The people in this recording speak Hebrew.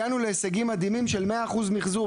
הגענו להישגים מדהימים של מאה אחוז מחזור,